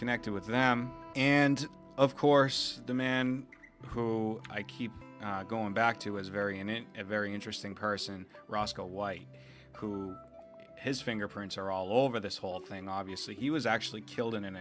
connected with them and of course the man who i keep going back to is very and in a very interesting person roscoe white who his fingerprints are all over this whole thing obviously he was actually killed in an